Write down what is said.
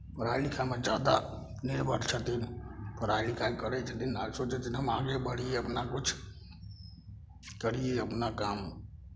पढ़ाइ लिखाइमे ज्यादा निर्भर छथिन पढ़ाइ लिखाइ करै छथिन आ सोचै छथिन हम आगे बढ़ी अपना किछु करियै अपना काम